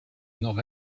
nord